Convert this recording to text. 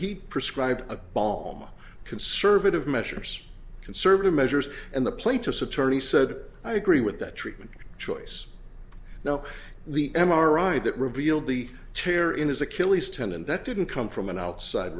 he prescribed a ball conservative measures conservative measures and the plaintiff's attorney said i agree with that treatment choice now the m r i that revealed the tear in his achilles tendon that didn't come from an outside